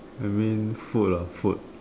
I mean food lah food